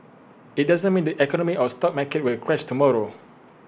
IT doesn't mean the economy or stock market will crash tomorrow